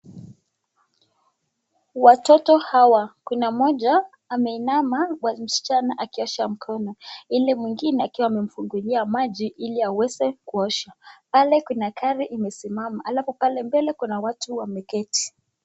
Watoto hawa kuna moja ameinama msichana akiosha mkono hili mwingine akiwa amefungulia maji hili aweze kuosha, pale kuna gari imesimama alafu pale mbele kuna watu wameketi.